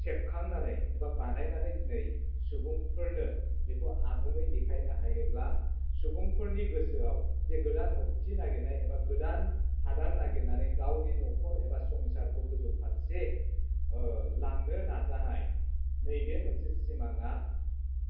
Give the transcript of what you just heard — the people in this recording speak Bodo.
सेबखांनानै एबा बानायनानै दिनै सुबुंफोरनो बेखौ आबुङै देखायनो हायोब्ला सुबुंफोरनि गोसोआव जे गोदान न'बथि नागिरनाय एबा गोदान हादान नागिरनानै गावनि न'खर एबा संसारखौ गोजौ फारसे लांनो नाजानाय नैबे मोनसे सिमाङा